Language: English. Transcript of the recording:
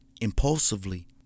impulsively